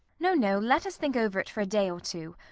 no, no. let us think over it for a day or two.